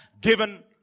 given